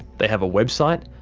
they have a website,